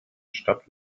stadt